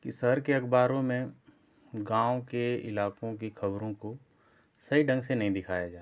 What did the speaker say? की शहर के अखबारों में गाँव के इलाकों के खबरों को सही ढंग से नहीं दिखलाया जाता है